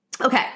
Okay